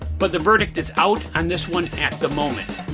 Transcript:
but the verdict is out on this one at the moment.